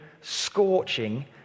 scorching